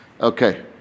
Okay